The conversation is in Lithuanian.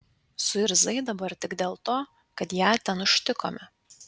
suirzai dabar tik dėl to kad ją ten užtikome